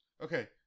Okay